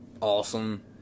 awesome